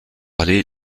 aller